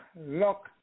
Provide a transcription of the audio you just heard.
Lock